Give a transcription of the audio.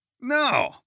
No